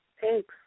Thanks